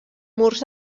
murs